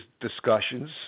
discussions